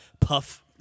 puff